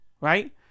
right